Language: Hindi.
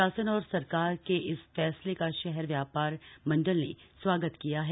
शासन और सरकार के इस फैसले का शहर व्यापार मंडल ने स्वागत किया है